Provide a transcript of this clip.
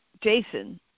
Jason